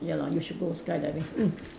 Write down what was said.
ya lah you should go skydiving mm